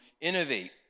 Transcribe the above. innovate